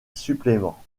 suppléments